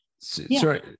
sorry